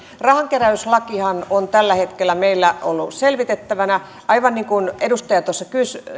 rahankeräyslakihan on tällä hetkellä meillä ollut selvitettävänä aivan niin kuin edustaja tuossa